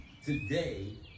today